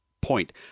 point